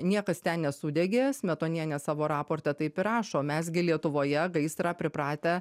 niekas ten nesudegė smetonienė savo raportą taip ir rašo mes gi lietuvoje gaisrą pripratę